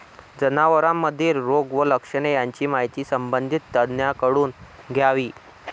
जनावरांमधील रोग व लक्षणे यांची माहिती संबंधित तज्ज्ञांकडून घ्यावी